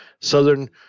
southern